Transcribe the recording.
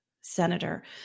senator